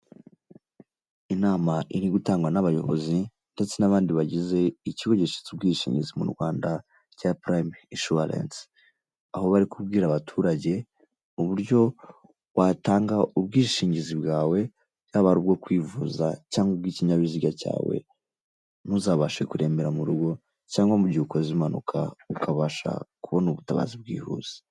Inama iri gutangwa n'abayobozi ndetse n'abandi bagize ikigo gishinzwe ubwishingizi mu Rwanda cya Prime Insurance, aho bari kubwira abaturage uburyo watanga ubwishingizi bwawe ayba ari ubwo kwivuza cyangwa ubw'ikinyabiziga cyawe ntuzabashe kurembera mu rugo cyangwa mu gihe ukoze impanuka ukabasha kubona ubutabazi bwihuse.